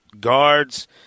guards